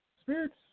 Spirits